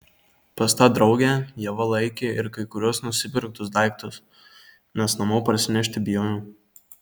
pas tą draugę ieva laikė ir kai kuriuos nusipirktus daiktus nes namo parsinešti bijojo